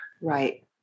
Right